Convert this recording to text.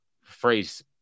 phrase